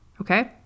Okay